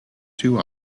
two